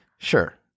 sure